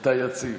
אתה יציב.